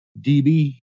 DB